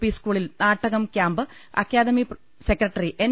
P സ്കൂളിൽ നാട്ടകം കൃാമ്പ് academy secretary N